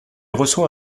reçoit